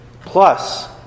Plus